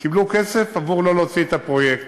קיבלו כסף עבור לא להוציא את הפרויקט.